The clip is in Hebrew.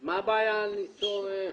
מה הבעיה למצוא,